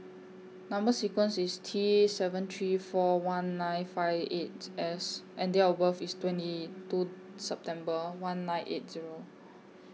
Number sequence IS T seven three four one nine five eight S and Date of birth IS twenty two September one nine eight Zero